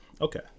okay